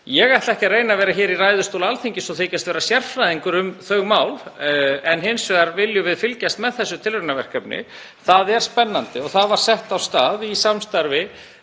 Ég ætla ekki að standa hér í ræðustól Alþingis og þykjast vera sérfræðingur um þau mál. Hins vegar viljum við fylgjast með þessu tilraunaverkefni. Það er spennandi og það var sett af stað í samstarfi